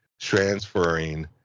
transferring